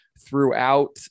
throughout